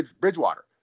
Bridgewater